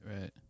right